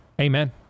Amen